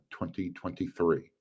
2023